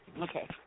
Okay